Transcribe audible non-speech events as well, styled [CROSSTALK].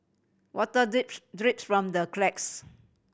water [UNINTELLIGIBLE] drips from the cracks